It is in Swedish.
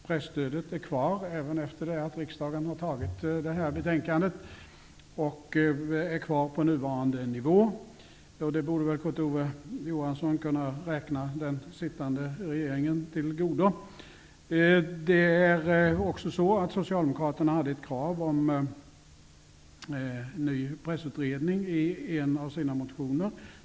Presstödet är kvar även efter det att riksdagen har fattat beslut om det här betänkandet. Det är kvar på nuvarande nivå. Det borde väl Kurt Ove Johansson kunna räkna den sittande regeringen till godo. Socialdemokraterna hade ett krav om en ny pressutredning i en av sina motioner.